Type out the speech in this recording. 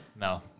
No